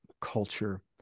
culture